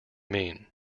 mean